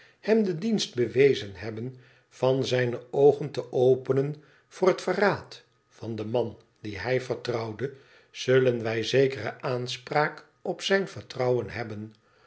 hem den dienst bewezen hebben van zijne oogen te openen voor het verraad van den man dien hij vertrouwde zullen wij zekere aanspraak opzijn vertrouwen hebben